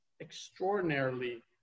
extraordinarily